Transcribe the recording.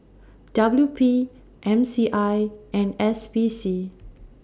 W P M C I and S P C